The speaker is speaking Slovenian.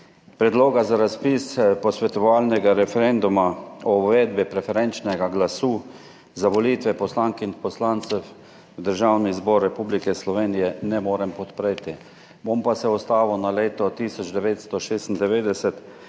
Predloga za razpis posvetovalnega referenduma o uvedbi preferenčnega glasu za volitve poslank in poslancev v Državni zbor Republike Slovenije ne morem podpreti. Bom pa se ustavil na leto 1996.